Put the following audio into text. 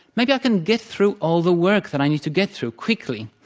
maybe i can get through all the work that i need to get through quickly.